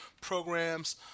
programs